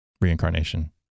reincarnation